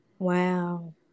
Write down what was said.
Wow